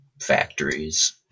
factories